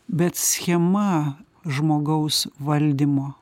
bet schema žmogaus valdymo